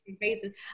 faces